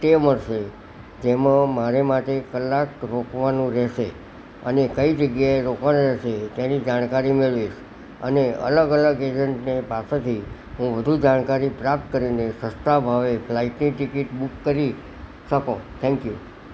stay મળશે જેમાં મારી માટે કલાક રોકવાનું રેશે અને કઈ જગ્યાએ રોકાણ રહેશે તેની જાણકારી મેળવીશ અને અલગ અલગ એજન્ટની પાસેથી હું વધુ જાણકારી પ્રાપ્ત કરીને સસ્તા ભાવે ફ્લાઇટની ટિકિટ બુક કરી શકો થેન્ક યુ